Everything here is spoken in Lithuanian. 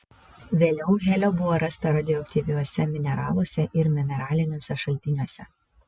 vėliau helio buvo rasta radioaktyviuose mineraluose ir mineraliniuose šaltiniuose